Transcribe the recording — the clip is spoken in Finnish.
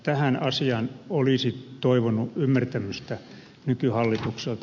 tähän asiaan olisi toivonut ymmärtämystä nykyhallitukselta